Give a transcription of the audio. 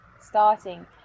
starting